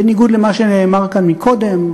בניגוד למה שנאמר כאן קודם,